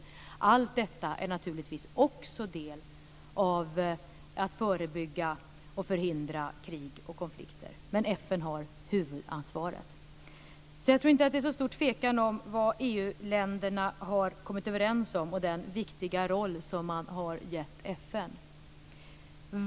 Också allt detta är naturligtvis en del av förebyggandet och förhindrandet av krig och konflikter, men FN har huvudansvaret. Jag tycker vidare inte att det är så stor tvekan om vad EU-länderna har kommit överens om och om den viktiga roll som man har gett FN.